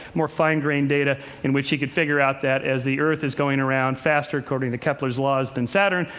more fine-grain data in which he could figure out that as the earth is going around faster according to kepler's laws than saturn,